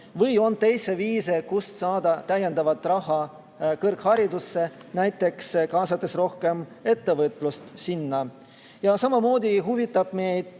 Või on teisi viise saada täiendavat raha kõrgharidusse, näiteks kaasates rohkem ettevõtlust? Samamoodi huvitab meid,